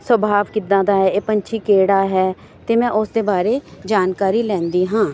ਸੁਭਾਵ ਕਿੱਦਾਂ ਦਾ ਹੈ ਇਹ ਪੰਛੀ ਕਿਹੜਾ ਹੈ ਅਤੇ ਮੈਂ ਉਸਦੇ ਬਾਰੇ ਜਾਣਕਾਰੀ ਲੈਂਦੀ ਹਾਂ